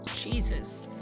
Jesus